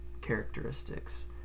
characteristics